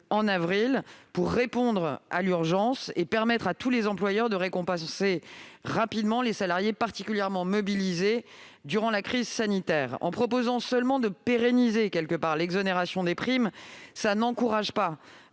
afin de répondre à l'urgence et de permettre à tous les employeurs de récompenser rapidement les salariés particulièrement mobilisés durant la crise sanitaire. En proposant seulement de pérenniser l'exonération des primes, on ne favorise pas